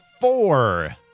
four